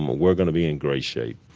we're going to be in great shape.